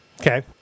okay